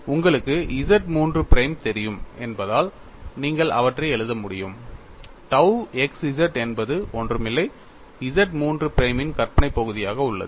உங்களுக்கு Z III prime தெரியும் என்பதால் நீங்கள் அவற்றை எழுத முடியும் tau x z என்பது ஒன்றுமில்லை Z III பிரைமின் கற்பனை பகுதியாக உள்ளது